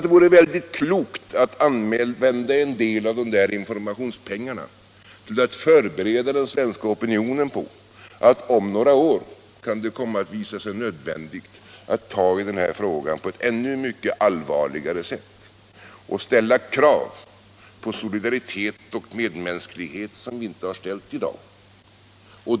Det vore mycket klokt att använda en del av informationspengarna till att förbereda den svenska opinionen på att det om några år kan komma att visa sig nödvändigt att angripa denna fråga på ett ännu mycket allvarligare sätt och ställa krav på solidaritet och medmänsklighet som inte har ställts i dag.